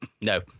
No